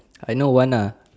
I know one lah